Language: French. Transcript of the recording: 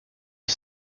est